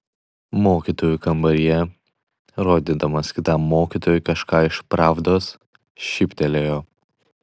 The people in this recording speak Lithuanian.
mokytojų kambaryje rodydamas kitam mokytojui kažką iš pravdos šyptelėjo